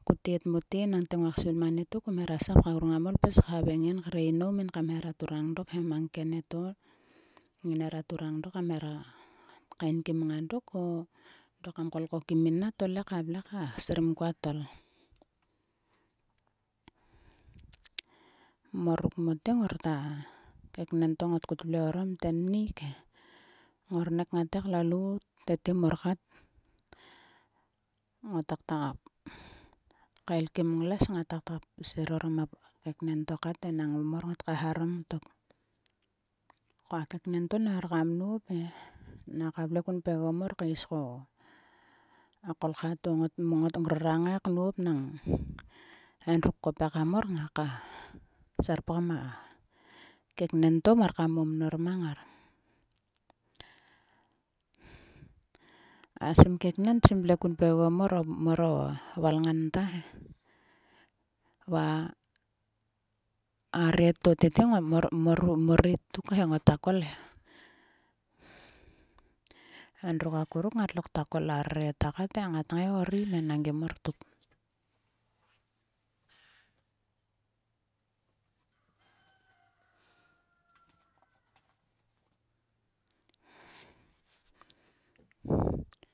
Ko tet mote. enangte nuguak svil ma nieto kum heva sap ka grung kam hveng en kre inou kam heva turang dok he. Mang ke nieto ginera turang dok kaenkim ngang dok o:dok kam kol ko kim mina to le ka vle ka srim kua tol. Mor mote ngorta keken to ngot kut vle orom tennuk he. Ngota kaelmik ngules ngataka serpgam a kennen to enang mor ngot kaeharom tok. Ko a kenken to na or kam nope. Naka vle kun pgegom mor kaes ko a kolkha to ngor kngai knop. nang endruk pekam mor ngaka serpgam a keken to mor. Mor a valngan ta he. Va a re tto tete mor. mor ri tuk he ngota kol he. Ngat ngai orim he nang gi mor tuk